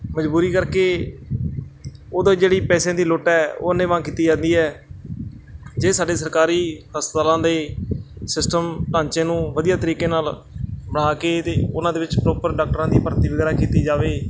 ਮਜਬੂਰੀ ਕਰਕੇ ਉਦੋਂ ਜਿਹੜੀ ਪੈਸਿਆਂ ਦੀ ਲੁੱਟ ਹੈ ਉਹ ਅੰਨ੍ਹੇਵਾਹ ਕੀਤੀ ਜਾਂਦੀ ਹੈ ਜੇ ਸਾਡੇ ਸਰਕਾਰੀ ਹਸਪਤਾਲਾਂ ਦੇ ਸਿਸਟਮ ਢਾਂਚੇ ਨੂੰ ਵਧੀਆ ਤਰੀਕੇ ਨਾਲ ਬਣਾ ਕੇ ਅਤੇ ਉਹਨਾਂ ਦੇ ਵਿੱਚ ਪ੍ਰੋਪਰ ਡਾਕਟਰਾਂ ਦੀ ਭਰਤੀ ਵਗੈਰਾ ਕੀਤੀ ਜਾਵੇ